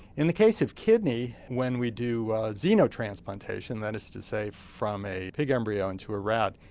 in the case of kidney when we do xenotransplantation, that is to say from a pig embryo into a rat,